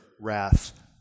wrath